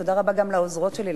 ותודה רבה גם לעוזרות שלי,